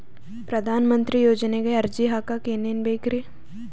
ಪ್ರಧಾನಮಂತ್ರಿ ಯೋಜನೆಗೆ ಅರ್ಜಿ ಹಾಕಕ್ ಏನೇನ್ ಬೇಕ್ರಿ?